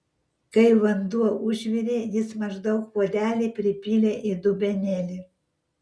kai vanduo užvirė jis maždaug puodelį pripylė į dubenėlį